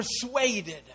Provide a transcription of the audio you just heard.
persuaded